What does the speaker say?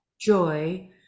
joy